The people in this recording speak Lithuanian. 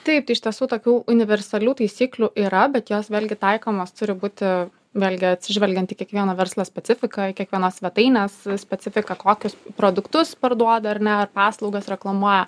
taip tai iš tiesų tokių universalių taisyklių yra bet jos vėlgi taikomos turi būti vėlgi atsižvelgiant į kiekvieno verslo specifiką į kiekvienos svetainės specifiką kokius produktus parduoda ar ne ar paslaugas reklamuoja